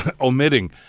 omitting